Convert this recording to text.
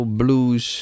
blues